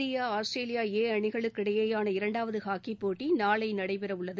India Australia A அணிகளுக்கு இடையிலான இரண்டாவது ஹாக்கி போட்டி நாளை நடைபெறவுள்ளது